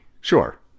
Sure